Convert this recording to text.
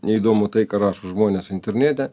neįdomu tai ką rašo žmonės internete